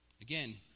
Again